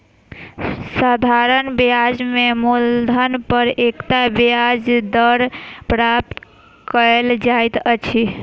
साधारण ब्याज में मूलधन पर एकता ब्याज दर प्राप्त कयल जाइत अछि